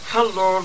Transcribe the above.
Hello